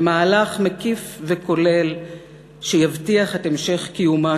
למהלך מקיף וכולל שיבטיח את המשך קיומה